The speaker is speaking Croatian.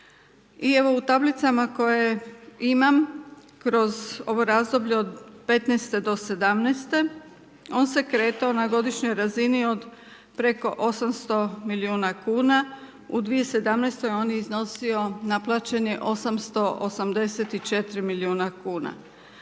I evo u tablicama koje imam kroz ovo razdoblje od 2015. do 2017., on se kretao na godišnjoj razini od preko 800 milijuna kuna. u 2017. on je iznosio, naplaćen je 884 milijuna kuna.